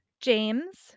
James